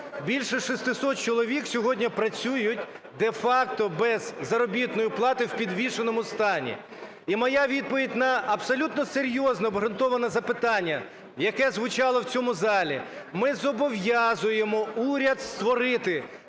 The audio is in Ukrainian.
Більше 600 чоловік сьогодні працюють де-факто без заробітної плати у підвішеному стані. І моя відповідь на абсолютно серйозне обґрунтоване запитання, яке звучало в цьому залі: ми зобов'язуємо уряд створити